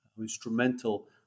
instrumental